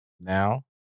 now